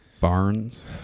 barns